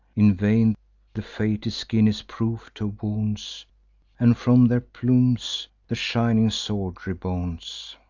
in vain the fated skin is proof to wounds and from their plumes the shining sword rebounds.